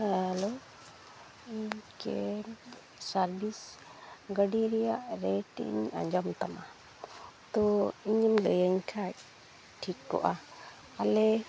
ᱦᱮᱸ hello service ᱜᱟᱹᱰᱤ ᱨᱮᱭᱟᱜ ᱨᱮᱴ ᱼᱤᱧ ᱟᱸᱡᱚᱢ ᱛᱟᱢᱟ ᱛᱳ ᱤᱧᱮᱢ ᱞᱟᱹᱭᱟᱹᱧ ᱠᱷᱟᱡ ᱴᱷᱤᱠ ᱠᱚᱜᱼᱟ ᱟᱞᱮ